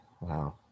Wow